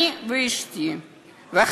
אשתי ואני,